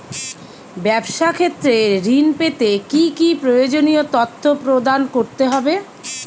ব্যাবসা ক্ষেত্রে ঋণ পেতে কি কি প্রয়োজনীয় তথ্য প্রদান করতে হবে?